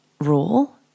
rule